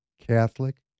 Catholic